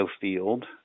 field